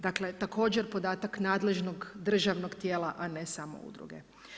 Dakle, također podatak nadležnog državnog tijela, a ne samo udruge.